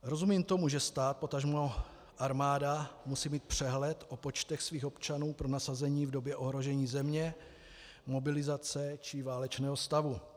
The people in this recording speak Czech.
Rozumím tomu, že stát potažmo armáda musí mít přehled o počtech svých občanů pro nasazení v době ohrožení země, mobilizace či válečného stavu.